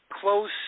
close